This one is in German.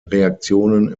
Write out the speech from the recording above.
reaktionen